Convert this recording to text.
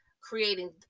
creating